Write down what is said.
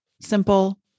simple